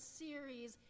series